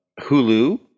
Hulu